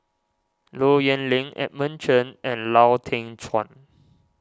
Low Yen Ling Edmund Cheng and Lau Teng Chuan